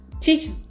teach